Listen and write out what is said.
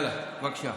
בבקשה.